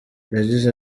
yagize